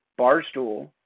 Barstool